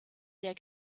der